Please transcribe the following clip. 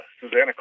Susanna